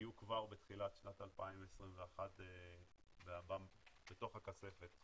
יהיו כבר בתחילת שנת 2021 בתוך הכספת.